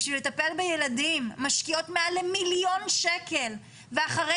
כדי לטפל בילדים משקיעות מעל למיליון שקלים ואחרי